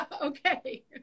Okay